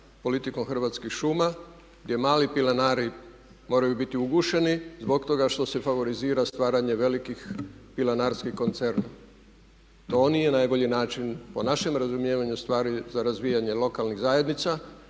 politikom Hrvatskih šuma gdje mali pilanari moraju biti ugušeni zbog toga što se favorizira stvaranje velikih pilanarskih …/Govornik se ne razumije./…. To nije najbolji način po našem razumijevanju stvari za razvijanje lokalnih zajednica